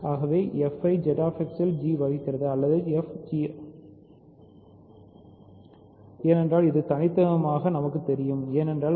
ஆகவேfஐ ZX இல் g ஐ வகுக்கிறது அல்லதுfZX இல் h ஐ வகுக்கிறது எனவேfமுதன்மையானது ZX என்பது ஒரு